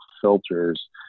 filters